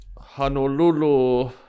Honolulu